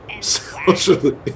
Socially